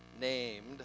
named